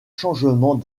changement